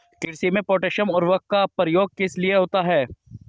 कृषि में पोटैशियम उर्वरक का प्रयोग किस लिए होता है?